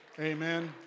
Amen